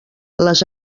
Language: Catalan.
les